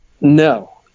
no